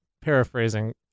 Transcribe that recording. paraphrasing